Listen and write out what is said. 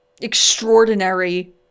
extraordinary